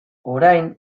orain